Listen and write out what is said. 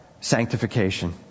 sanctification